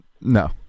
No